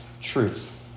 truth